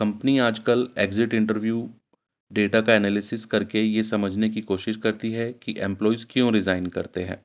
company آج کل exit interview data کا اینالیسس کر کے یہ سمجھنے کی کوشش کرتی ہے کہ ایمپلائز کیوں ریزائن کرتے ہیں